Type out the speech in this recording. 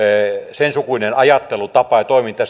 sen sukuinen ajattelutapa ja toiminta